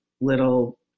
little